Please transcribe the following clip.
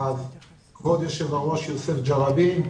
כבוד יושב הראש יוסף ג'בארין,